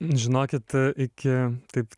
žinokit iki taip